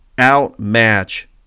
outmatch